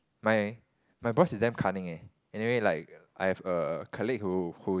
my my boss is damn cunning eh anyway like I've a colleague who who's